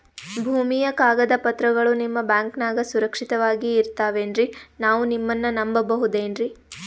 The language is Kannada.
ಭೂಮಿಯ ಕಾಗದ ಪತ್ರಗಳು ನಿಮ್ಮ ಬ್ಯಾಂಕನಾಗ ಸುರಕ್ಷಿತವಾಗಿ ಇರತಾವೇನ್ರಿ ನಾವು ನಿಮ್ಮನ್ನ ನಮ್ ಬಬಹುದೇನ್ರಿ?